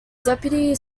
deputy